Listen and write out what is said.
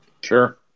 Sure